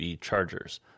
chargers